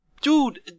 Dude